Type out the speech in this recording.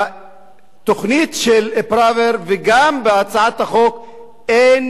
בתוכנית של פראוור וגם בהצעת החוק אין